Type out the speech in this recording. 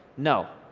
no.